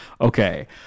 Okay